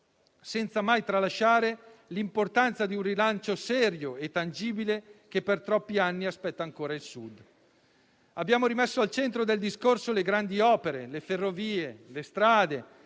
senza mai tralasciare l'importanza di un rilancio serio e tangibile che il Sud ancora aspetta da troppi anni. Abbiamo rimesso al centro del discorso le grandi opere: le ferrovie, le strade.